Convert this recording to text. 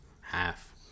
half